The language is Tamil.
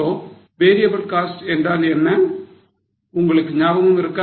So variable cost என்றால் என்ன உங்களுக்கு ஞாபகம் இருக்கா